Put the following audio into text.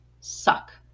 suck